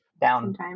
down